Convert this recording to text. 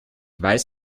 weiß